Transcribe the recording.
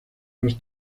los